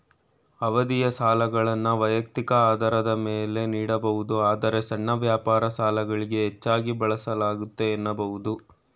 ಅವಧಿಯ ಸಾಲಗಳನ್ನ ವೈಯಕ್ತಿಕ ಆಧಾರದ ಮೇಲೆ ನೀಡಬಹುದು ಆದ್ರೆ ಸಣ್ಣ ವ್ಯಾಪಾರ ಸಾಲಗಳಿಗೆ ಹೆಚ್ಚಾಗಿ ಬಳಸಲಾಗುತ್ತೆ ಎನ್ನಬಹುದು